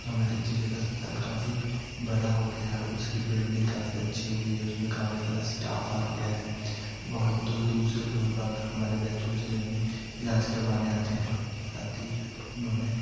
तो हमारे जिले का अस्पताल काफ़ी बड़ा हो गया है उसकी बिल्डिंग काफ़ी अच्छी हो गई है उसमें काफ़ी सारा इस्टाफ़ आ गया है बहुत दूर दूर से लोग बाग हमारे बैतूल जिले में इलाज करवाने आते हैं साथ ही उन्होंने